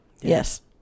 Yes